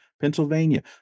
Pennsylvania